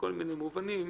מיני מובנים,